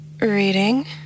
reading